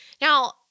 Now